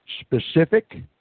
specific